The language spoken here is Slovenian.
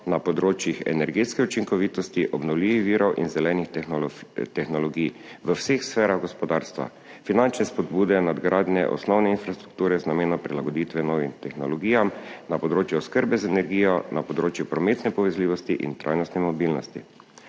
na področjih energetske učinkovitosti, obnovljivih virov in zelenih tehnologij v vseh sferah gospodarstva. Finančne spodbude, nadgradnje osnovne infrastrukture z namenom prilagoditve novim tehnologijam na področju oskrbe z energijo, na področju prometne povezljivosti in trajnostne mobilnosti.